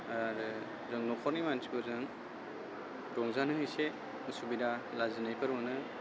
आरो जों न'खरनि मानसिफोरजों रंजानो एसे उसुबिदा लाजिनायफोर मोनो